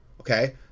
okay